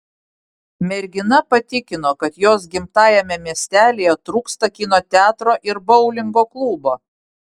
mergina patikino kad jos gimtajame miestelyje trūksta kino teatro ir boulingo klubo